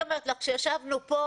אני אומרת לך שכאשר ישבנו כאן,